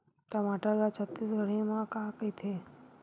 टमाटर ला छत्तीसगढ़ी मा का कइथे?